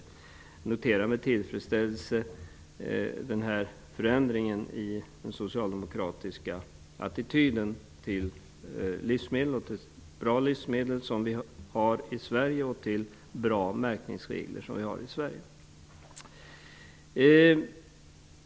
Jag noterar med tillfredsställelse denna förändring i den socialdemokratiska attityden till livsmedel och de bra livsmedel och bra märkningsregler som vi har i Sverige.